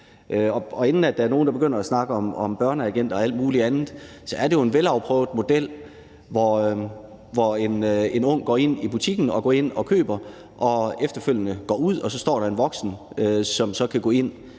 Inden der er nogle, der begynder at snakke om børneagenter og alt muligt andet, vil jeg sige, at det jo er en velafprøvet model, at en ung går ind i butikken og foretager et køb og efterfølgende går ud, og at der så står en voksen, som så kan gå ind